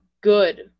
good